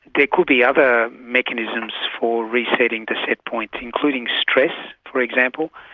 there could be other mechanisms for resetting the set point including stress for example,